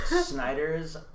Snyder's